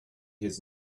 his